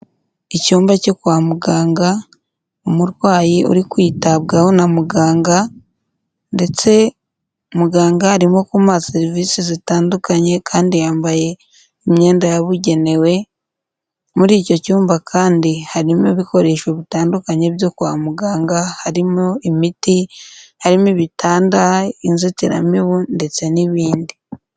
Icyumba cyo kwa muganga umurwayi uri kwitabwaho na muganga ndetse muganga arimo kumuha serivisi zitandukanye kandi yambaye imyenda yabugenewe. Muri icyo cyumba kandi harimo ibikoresho bitandukanye byo kwa muganga harimo imiti, harimo ibitanda, inzitiramibu ndetse n'ibindi.